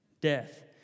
death